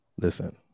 Listen